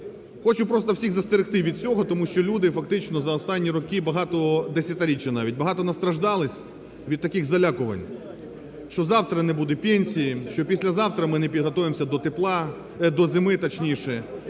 Хочу просто всіх застерегти від цього, тому що люди фактично за останні роки багато, десятиріччя навіть, багато настраждались від таких залякувань, що завтра не буде пенсії, що післязавтра ми не підготовимося до